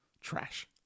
trash